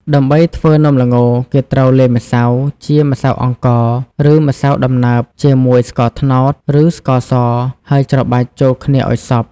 ដើម្បីធ្វើនំល្ង គេត្រូវលាយម្សៅ ជាម្សៅអង្ករ ឬម្សៅដំណើប ជាមួយស្ករត្នោត ឬស្ករស ហើយច្របាច់ចូលគ្នាឲ្យសព្វ។